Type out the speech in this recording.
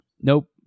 nope